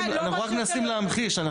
אנחנו רק מנסים להמחיש.